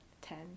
Ten